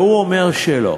והוא אומר שלא,